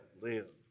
live